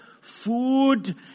food